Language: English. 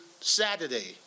Saturday